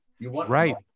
Right